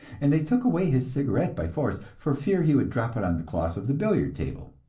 and they took away his cigarette by force, for fear he would drop it on the cloth of the billiard table.